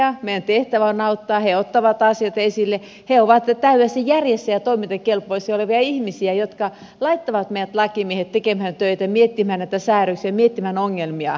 meidän tehtävämme on auttaa he ottavat asioita esille he ovat täydessä järjessä olevia ja toimintakelpoisia ihmisiä jotka laittavat meidät lakimiehet tekemään töitä miettimään näitä säädöksiä miettimään ongelmia